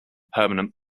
permanent